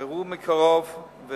וראו מקרוב.